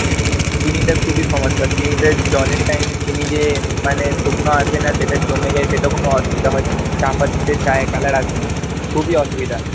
চিনিটা খুবই সমস্যা চিনিটা জলের টাইমে চিনি দিয়ে মানে শুকনো আসে না সেটা জমে যায় সেটা কোনো অসুবিধা হয় চা পাতিতে চায়ের কালার আসে না খুবই অসুবিধা